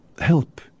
help